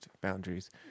boundaries